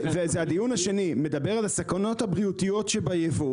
זה הדיון השני מדבר על הסכנות הבריאותיות שביבוא